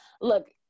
look